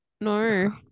No